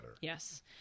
Yes